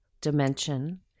dimension